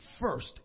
first